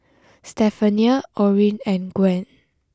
Stephania Orin and Gwen